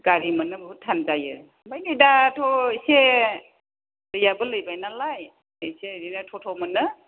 गारि मोननो बहुत थान जायो ओमफ्राय नै दाथ' एसे दैयाबो लैबाय नालाय एसे बिदिनो टट' मोनो